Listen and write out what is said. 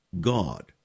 God